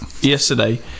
yesterday